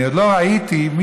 אני עוד לא ראיתי מישהו